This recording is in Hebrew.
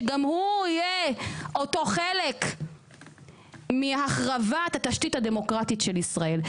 שגם הוא יהיה אותו חלק מהחברת התשתית הדמוקרטית של ישראל.